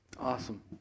Awesome